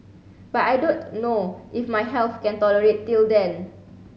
but I don't know if my health can tolerate till then